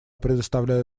предоставляю